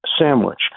sandwich